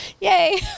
Yay